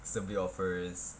survey offers